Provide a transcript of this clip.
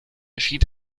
schied